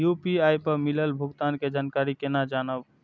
UPI पर मिलल भुगतान के जानकारी केना जानब?